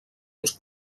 uns